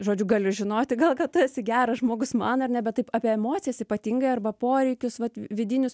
žodžiu galiu žinoti gal kad tu esi geras žmogus man ar ne bet taip apie emocijas ypatingai arba poreikius vat vidinius